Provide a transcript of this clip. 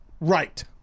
Right